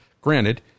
granted